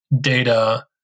data